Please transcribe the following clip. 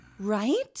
Right